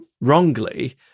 wrongly